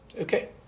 Okay